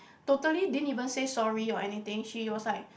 totally didn't even say sorry or anything she was like